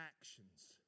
actions